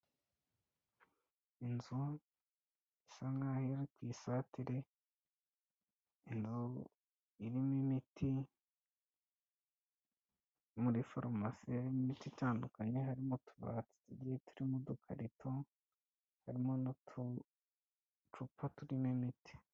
Inzu isa nkaho iba ku isanteri irimo imiti muri farumasi imiti itandukanye harimo utubati tugiye turimo udukarito, harimo n'uducupa turimo imiti.